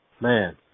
man